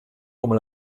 come